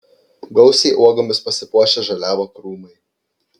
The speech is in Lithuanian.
gausiai uogomis pasipuošę žaliavo krūmai